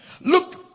look